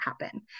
happen